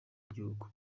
w’igihugu